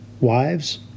Wives